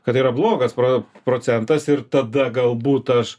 kad yra blogas pro procentas ir tada galbūt aš